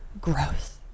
Gross